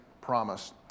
promise